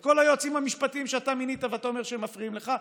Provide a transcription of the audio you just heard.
את כל היועצים המשפטיים שאתה מינית ואתה אומר שהם מפריעים לך.